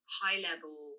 high-level